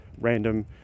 random